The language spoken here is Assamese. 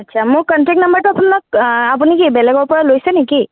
আচ্ছা মোৰ কণ্টেক নম্বৰটো আপোনাক আপুনি কি বেলেগৰপৰা লৈছে নেকি